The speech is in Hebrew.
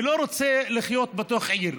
ולא רוצה לחיות בתוך עיר.